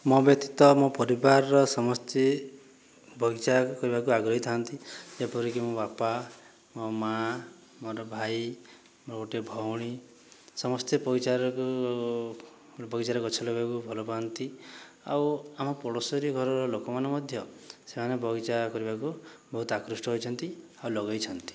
ମୋ ବ୍ୟତୀତ ମୋ ପରିବାରର ସମସ୍ତେ ବଗିଚା କରିବାକୁ ଆଗ୍ରହୀ ଥାଆନ୍ତି ଯେପରିକି ମୋ ବାପା ମୋ ମା ମୋର ଭାଇ ମୋର ଗୋଟେ ଭଉଣୀ ସମସ୍ତେ ବାଗିଚାରକୁ ବଗିଚାରେ ଗଛ ଲଗାଇବାକୁ ଭଲ ପାଆନ୍ତି ଆଉ ଆମ ପଡ଼ୋଶୀ ଘରର ଲୋକମାନେ ମଧ୍ୟ ସେମାନେ ବଗିଚା କରିବାକୁ ବହୁତ ଆକୃଷ୍ଟ ହୋଇଛନ୍ତି ଆଉ ଲଗାଇଛନ୍ତି